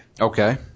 Okay